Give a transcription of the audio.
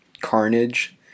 carnage